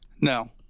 No